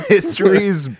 History's